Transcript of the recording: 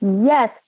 Yes